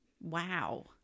Wow